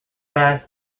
past